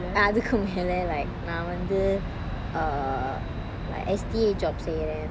அதுக்கும் மேல:athukkum mela like நான் வந்து:naan vanthu err like S_T_A job செய்றன்:seyran